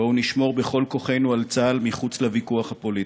בואו נשמור בכל כוחנו על צה"ל מחוץ לוויכוח הפוליטי.